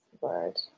word